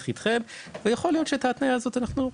איתכם ויכול להיות שאת ההתניה הזאת אנחנו נוריד.